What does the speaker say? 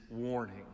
warning